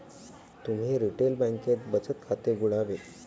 तुम्ही रिटेल बँकेत बचत खाते उघडावे